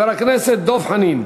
חבר הכנסת דב חנין.